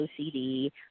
OCD